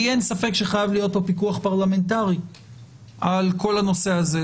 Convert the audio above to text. לי אין ספק שחייב להיות פה פיקוח פרלמנטרי על כל הנושא הזה.